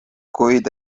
kuid